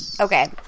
Okay